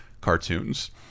cartoons